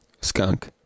skunk